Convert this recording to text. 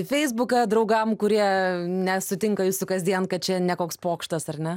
į feisbuką draugam kurie nesutinka jūsų kasdien kad čia ne koks pokštas ar ne